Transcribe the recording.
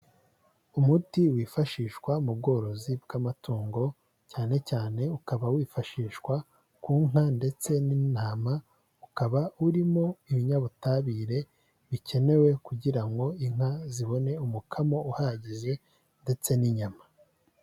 Umuti wifashishwa mu bworozi bw'amatungo, cyane cyane ukaba wifashishwa ku nka ndetse n'intama; ukaba urimo ibinyabutabire bikenewe kugira ngo inka zibone umukamo uhagije ndetse n'inyama.